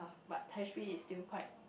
but H_P is still quite